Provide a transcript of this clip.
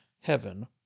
heaven